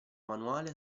manuale